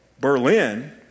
Berlin